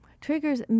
Triggers